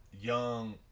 young